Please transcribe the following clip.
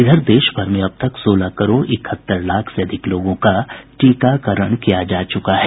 इधर देश भर में अब तक सोलह करोड़ इकहत्तर लाख से अधिक लोगों का टीकाकरण किया जा चुका है